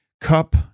cup